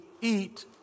eat